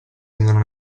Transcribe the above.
rendono